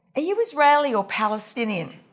you israeli or palestinian?